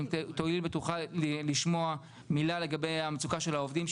אם תואיל בטובך לשמוע מילה לגבי המצוקה של העובדים,